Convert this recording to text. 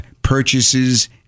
Purchases